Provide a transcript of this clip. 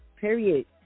Period